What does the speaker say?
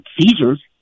seizures